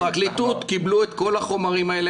הפרקליטות קיבלה את כל החומרים האלה,